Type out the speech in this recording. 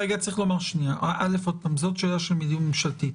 זאת שאלה של מדיניות ממשלתית.